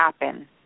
happen